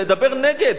לדבר נגד?